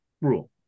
rule